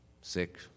sick